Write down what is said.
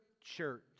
church